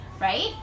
right